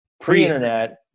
pre-internet